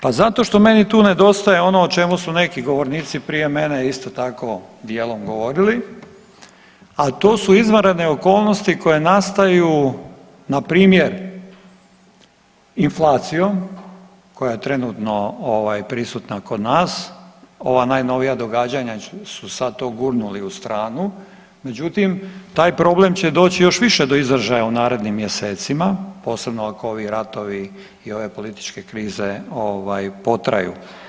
Pa zato što meni tu nedostaje ono o čemu su neki govornici prije mene isto tako dijelom govorili, a to su izvanredne okolnosti koje nastaju npr. inflacijom koja je trenutno ovaj prisutna kod nas, ova najnovija događanja su sad to gurnuli u stranu, međutim taj problem će doći još više do izražaja u narednim mjesecima, posebno ako ovi ratovi i ove političke krize ovaj potraju.